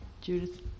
Judith